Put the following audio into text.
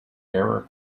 error